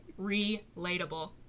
Relatable